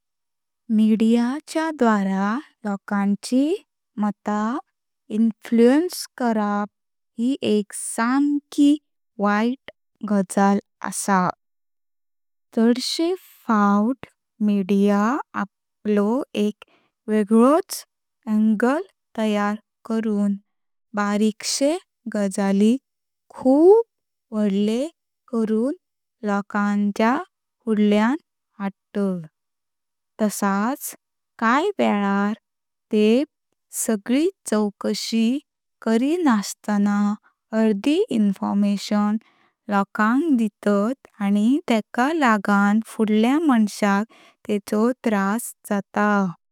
मिडिया च्या द्वारा लोकांची मता इन्फ्लुऍन्स करप हय एक साखे वायट गजाल। चड़से फावट मिडिया आपलो एक वेगळच्ह अंगले तैयार करून बारीकशे गजलिक खूप व्होडल करून लोकांचा फुडल्यान हट। तसाच कायत वेलार तेह सगलि चौकशी करी नस्ताना अर्धि इनफॉर्मेशन लोकांक दितात आनी तेका लागूण फुड्ल्या मंशाक तेचो त्रास जाता।